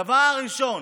הדבר הראשון